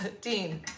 Dean